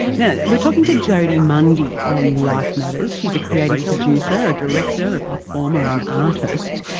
now we're talking to jodee mundy on life matters. she's a creative producer, a director, a performer and artist,